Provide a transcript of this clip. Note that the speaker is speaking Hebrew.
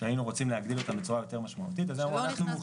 שהיינו רוצים להגדיל בצורה יותר משמעותית את הקצבה